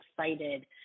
excited